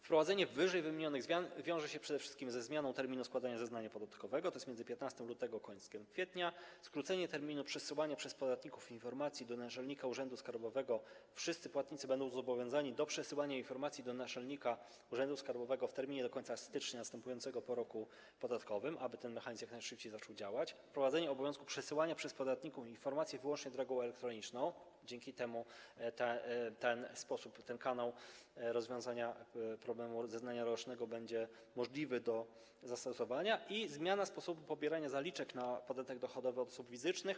Wprowadzenie ww. rozwiązań wiąże się przede wszystkim ze zmianą terminu składania zeznania podatkowego, tj. między 15 lutego a końcem kwietnia, skróceniem terminu przesyłania przez podatników informacji do naczelnika urzędu skarbowego - wszyscy płatnicy będą zobowiązani do przesyłania informacji do naczelnika urzędu skarbowego w terminie do końca stycznia roku następującego po roku podatkowym, aby ten mechanizm jak najszybciej zaczął działać - wprowadzeniem obowiązku przesyłania przez podatników informacji wyłącznie drogą elektroniczną - dzięki temu ten sposób rozwiązywania problemu zeznania rocznego będzie możliwy do zastosowania - i zmianą sposobu pobierania zaliczek na podatek dochodowy od osób fizycznych.